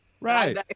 Right